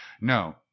no